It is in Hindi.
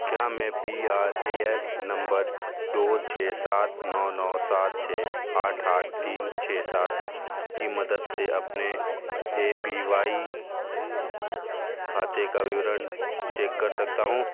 क्या मैं पी आर ए एन नंबर दो छः सात नौ नौ सात छः आठ आठ तीन छः सात की मदद से अपने ए पी वाई खाते का विवरण चेक कर सकता हूँ